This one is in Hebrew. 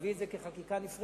להביא את זה כחקיקה נפרדת,